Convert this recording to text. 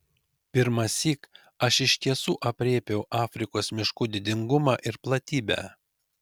pirmąsyk aš iš tiesų aprėpiau afrikos miškų didingumą ir platybę